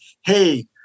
Hey